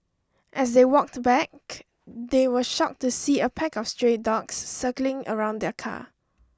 as they walked back they were shocked to see a pack of stray dogs circling around their car